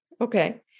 Okay